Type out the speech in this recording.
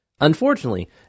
Unfortunately